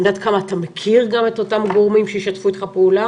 אני יודעת כמה אתה מכיר גם את אותם גורמים שישתפו איתך פעולה.